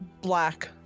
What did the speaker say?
black